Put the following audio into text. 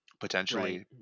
potentially